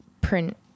print